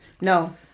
No